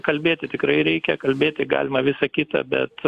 kalbėti tikrai reikia kalbėti galima visa kita bet